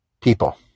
people